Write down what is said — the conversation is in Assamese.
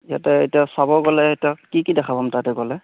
ইয়াতে এতিয়া চাব গ'লে তাত কি কি দেখা পাম তাতে গ'লে